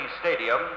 Stadium